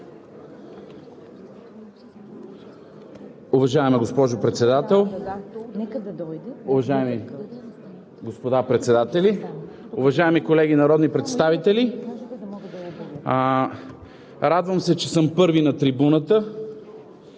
Уважаема госпожо Председател, уважаеми господа заместник-председатели, уважаеми колеги народни представители! Радвам се, че съм първи на трибуната